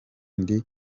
ndi